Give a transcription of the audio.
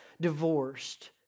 divorced